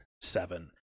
Seven